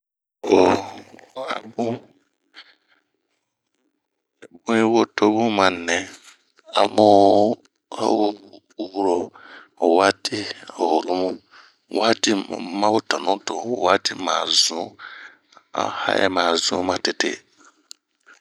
Oh a bunh, bun yi wo to bun ma nɛɛ ,aho wuro wati, hurumu ,ma ho tanu wati ,to waati ma zun ,a ha'ɛɛ ma zun matete.